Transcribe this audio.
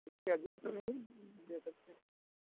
उससे अधिक तो नहीं दे सकते